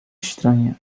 estranha